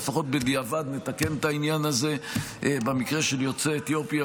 ולפחות בדיעבד נתקן את העניין הזה במקרה של יוצאי אתיופיה,